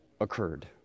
occurred